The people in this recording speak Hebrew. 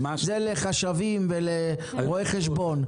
זה לחשבים ולרואי חשבון.